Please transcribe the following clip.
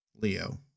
Leo